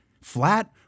flat